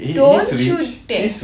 don't you dare